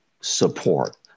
support